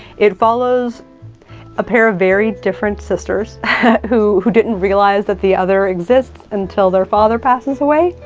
it follows a pair of very different sisters who who didn't realize that the other exists until their father passes away.